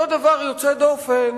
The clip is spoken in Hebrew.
אותו דבר יוצא דופן